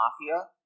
mafia